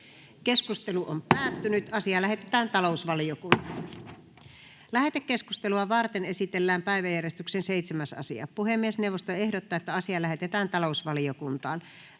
lain 174 §:n muuttamisesta Time: N/A Content: Lähetekeskustelua varten esitellään päiväjärjestyksen 6. asia. Puhemiesneuvosto ehdottaa, että asia lähetetään talousvaliokuntaan.